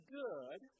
good